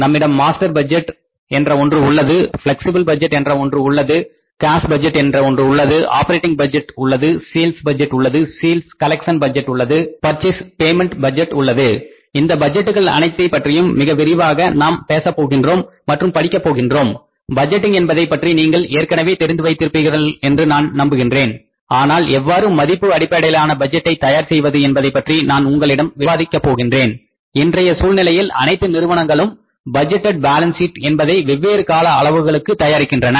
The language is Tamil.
நம்மிடம் மாஸ்டர் பட்ஜெட் என்ற ஒன்று உள்ளது ப்ளெக்சிபில் பட்ஜெட் என்ற ஒன்று உள்ளது கேஷ் பட்ஜெட் உள்ளது ஆப்பரேட்டிங் பட்ஜெட் உள்ளது சேல்ஸ் பட்ஜெட் உள்ளது sales collection budget purchase payment budget உள்ளது இந்த பட்ஜெட்டுகள் அனைத்தை பற்றியும் மிக விரிவாக நாம் பேசப் போகின்றோம் மற்றும் படிக்க போகின்றோம் பட்ஜெட்டிங் என்பதைப் பற்றி நீங்கள் ஏற்கனவே தெரிந்து வைத்திருப்பீர்கள் என்று நான் நம்புகின்றேன் ஆனால் எவ்வாறு மதிப்பு அடிப்படையிலான பட்ஜெட்டை தயார் செய்வது என்பதை பற்றி நான் உங்களிடம் விவாதிக்க போகின்றேன் இன்றைய சூழ்நிலையில் அனைத்து நிறுவனங்களும் பட்ஜெட்டேட் பாலன்ஸ் சீட் என்பதை வெவ்வேறு கால அளவுகளுக்கு தயாரிக்கின்றன